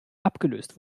abgelöst